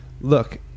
look